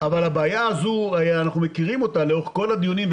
אבל את הבעיה הזו אנחנו מכירים לאורך כל הדיונים,